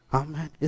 amen